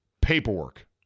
Paperwork